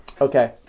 Okay